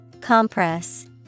Compress